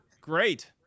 great